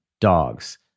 dogs